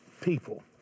people